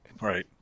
Right